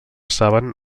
saben